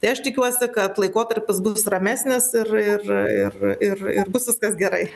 tai aš tikiuosi kad laikotarpis bus ramesnis ir ir ir ir ir bus viskas gerai